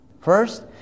First